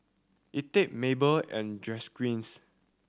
Etha Mable and Jaquez